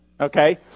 okay